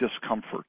discomfort